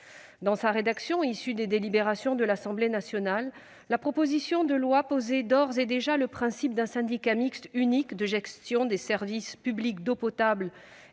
Dans sa rédaction issue des travaux de l'Assemblée nationale, la proposition de loi posait d'ores et déjà le principe d'un syndicat mixte unique de gestion des services publics d'eau potable